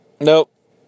Nope